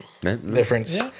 Difference